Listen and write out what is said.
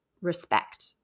respect